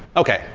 okay,